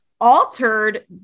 altered